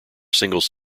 singles